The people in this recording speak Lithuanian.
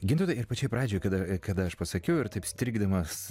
gintautai ir pačioj pradžioj kada kada aš pasakiau ir taip strigdamas